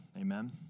Amen